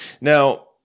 Now